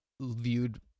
viewed